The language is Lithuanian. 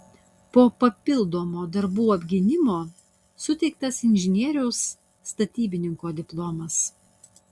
po papildomo darbų apgynimo suteiktas inžinieriaus statybininko diplomas